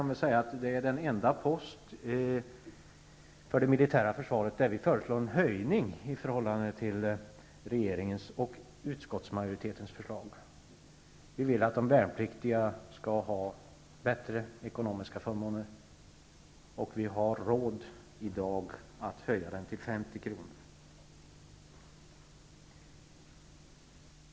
Det är den enda post inom det militära försvaret där vi föreslår en höjning i förhållande till regeringens och utskottsmajoritetens förslag. Vi vill att de värnpliktiga skall ha bättre ekonomiska förmåner, och samhället har i dag råd att höja dagpenningen till 50 kr.